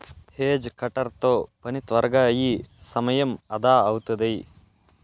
hedge cutter తో పని త్వరగా అయి సమయం అదా అవుతాది